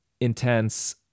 intense